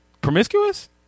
promiscuous